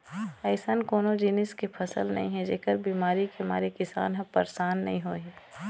अइसन कोनो जिनिस के फसल नइ हे जेखर बिमारी के मारे किसान ह परसान नइ होही